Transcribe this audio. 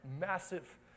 massive